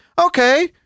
okay